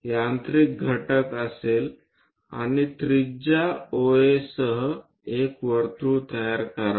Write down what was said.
यांत्रिक घटक असेल आणि त्रिज्या OA सह एक वर्तुळ तयार करा